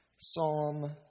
Psalm